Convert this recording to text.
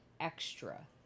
extra